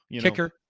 kicker